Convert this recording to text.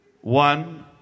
One